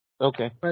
Okay